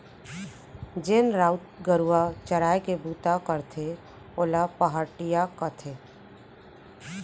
जेन राउत गरूवा चराय के बूता करथे ओला पहाटिया कथें